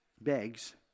begs